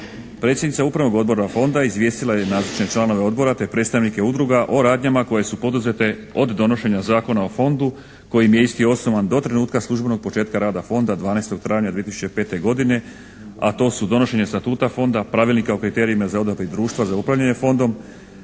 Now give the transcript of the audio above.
Predsjednica Upravnog odbora Fonda izvijestila je nazočne članove Odbora te predstavnike udruga o radnjama koje su poduzete od donošenja Zakona o fondu kojim je isti osnovan do trenutka službenog početka rada Fonda 12. travnja 2005. godine. A to su donošenje statuta Fonda, Pravilnika o kriterijima za odabir društva za upravljanje Fondom,